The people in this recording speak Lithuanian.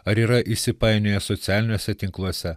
ar yra įsipainioję socialiniuose tinkluose